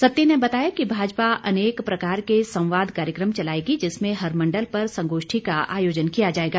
सत्ती ने बताया की भाजपा अनेक प्रकार के संवाद कार्यक्रम चलाएगी जिसमें हर मंडल पर संगोष्ठी का आयोजन किया जाएगा